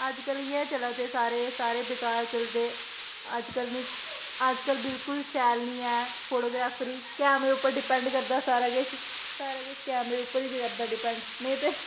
अज्जकल इ'यै चला दे सारे सारे बेकार चलदे अज्जकल नी अज्जकल बिल्कुल शैल नी ऐ फोटोग्राफी कैमरे उप्पर डिपैंड करदा सारा किश सारा किश कैमरे उप्पर गै डिपैंड करदा नेईं ते